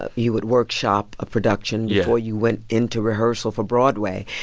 ah he would workshop a production before you went into rehearsal for broadway.